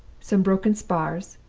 some broken spars,